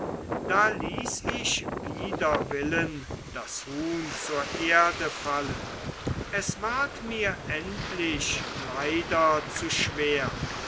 da ließ ich wider willen das huhn zur erde fallen es ward mir endlich leider zu schwer